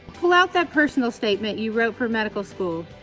pull out that personal statement you wrote for medical school.